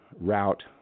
route